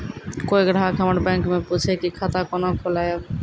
कोय ग्राहक हमर बैक मैं पुछे की खाता कोना खोलायब?